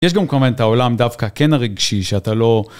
יש גם קומנט העולם דווקא כן הרגשי, שאתה לא...